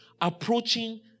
approaching